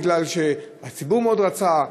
מפני שהציבור מאוד רצה,